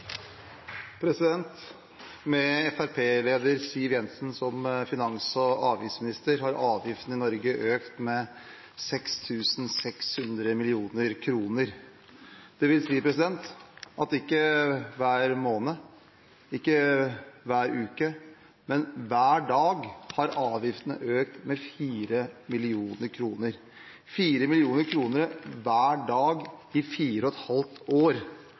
Norge økt med 6 600 mill. kr – dvs. at ikke hver måned, ikke hver uke, men hver dag har avgiftene økt med 4 mill. kr. – 4 mill. kr hver dag i fire og et halvt år.